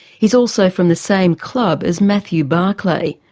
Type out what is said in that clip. he's also from the same club as matthew barclay,